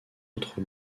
autres